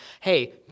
hey